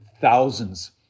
thousands